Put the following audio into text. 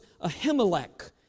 Ahimelech